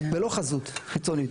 ולא חזות חיצונית.